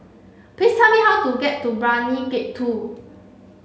please tell me how to get to Brani Gate two